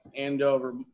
Andover